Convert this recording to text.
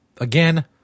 Again